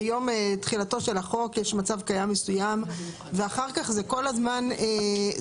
ביום תחילתו של החוק יש מצב קיים מסוים ואחר כך זה כל הזמן משתנה,